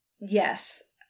yes